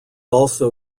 also